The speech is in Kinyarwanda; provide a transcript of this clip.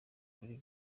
kuri